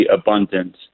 abundant